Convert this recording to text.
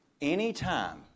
Anytime